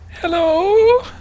Hello